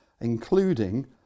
including